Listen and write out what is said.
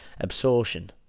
absorption